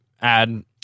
add